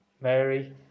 Mary